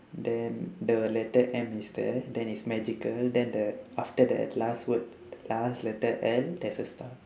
then the letter M is there then is magical then the after that last word last letter L there's a star